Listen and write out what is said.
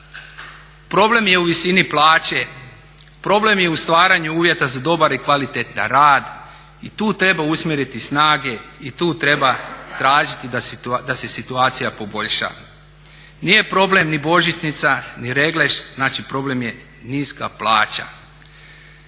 problem je u visini plaće problem je u stvaranju uvjeta za dobar i kvalitetan rad i tu treba usmjeriti snage i tu treba tražiti da se situacija poboljša. Nije problem ni božićnica ni regres, znači problem je niska plaća.